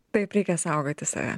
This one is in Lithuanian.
taip reikia saugoti save